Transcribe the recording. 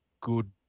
good